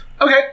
Okay